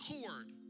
chord